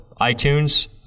iTunes